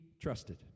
trusted